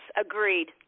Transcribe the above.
Agreed